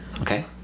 Okay